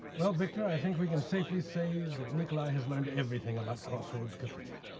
well, victor, i think we can safely say that nicolae has learned everything about crossroads cafe.